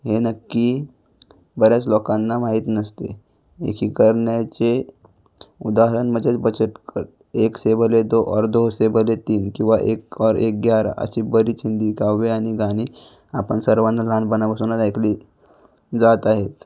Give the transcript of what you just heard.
हे नक्की बऱ्याच लोकांना माहीत नसते एकी करण्याचे उदाहरण म्हणजेच बचत गट एक से भले दो और दो से भले तीन किंवा एक और एक ग्यारा अशी बरीच हिंदी काव्य आणि गाणी आपण सर्वानाच लहानपणापासूनच ऐकली जात आहेत